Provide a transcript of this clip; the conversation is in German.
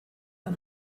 ein